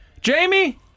Jamie